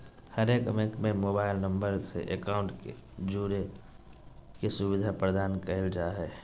हरेक बैंक में mobile number से अकाउंट के जोड़े के सुविधा प्रदान कईल जा हइ